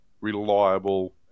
reliable